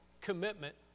commitment